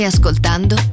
Ascoltando